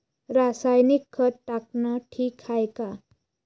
रासायनिक खत टाकनं ठीक हाये का?